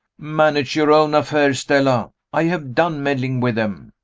manage your own affairs, stella i have done meddling with them.